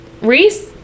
Reese